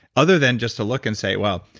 other than just to look and say, wow,